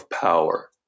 power